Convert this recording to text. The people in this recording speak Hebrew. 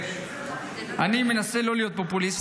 אני מנסה לא להיות פופוליסט,